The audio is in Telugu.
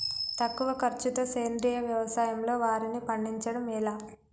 తక్కువ ఖర్చుతో సేంద్రీయ వ్యవసాయంలో వారిని పండించడం ఎలా?